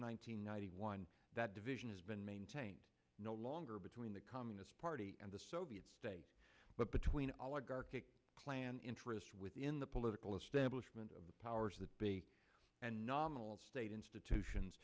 hundred one that division has been maintained no longer between the communist party and the soviet state but between oligarchy clan interest within the political establishment of the powers that be and nominal state institutions